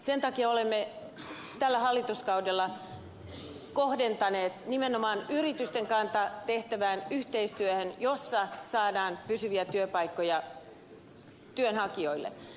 sen takia olemme tällä hallituskaudella kohdentaneet nimenomaan yritysten kanssa tehtävään yhteistyöhön jossa saadaan pysyviä työpaikkoja työnhakijoille